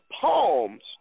palms